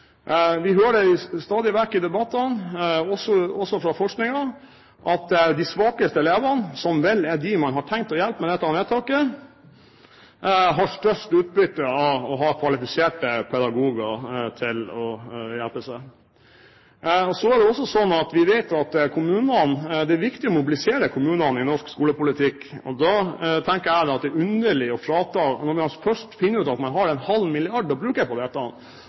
Vi hører stadig vekk i debattene, også fra forskningen, at de svakeste elevene, som vel er dem man har tenkt å hjelpe med dette vedtaket, har størst utbytte av å ha kvalifiserte pedagoger til å hjelpe seg. Vi vet at det er viktig å mobilisere kommunene i norsk skolepolitikk. Da tenker jeg at når man først finner ut at man har en halv milliard å bruke på dette,